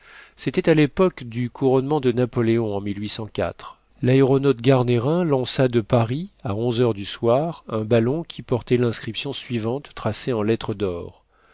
c'était à l'époque du couronnement de napoléon en l'aéronaute garnerin lança de paris à onze heures du soir un ballon qui portait l'inscription suivante tracée en lettres d'or